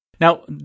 Now